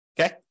Okay